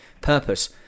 purpose